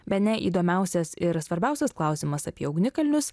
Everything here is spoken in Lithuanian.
bene įdomiausias ir svarbiausias klausimas apie ugnikalnius